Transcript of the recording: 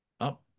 up